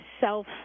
self